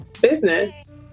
business